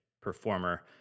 performer